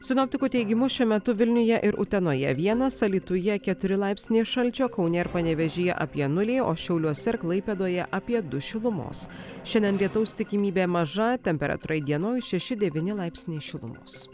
sinoptikų teigimu šiuo metu vilniuje ir utenoje vienas alytuje keturi laipsniai šalčio kaune ir panevėžyje apie nulį o šiauliuose ir klaipėdoje apie du šilumos šiandien lietaus tikimybė maža temperatūra įdienojus šeši devyni laipsniai šilumos